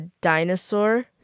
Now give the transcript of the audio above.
dinosaur